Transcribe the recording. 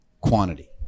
quantity